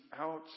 out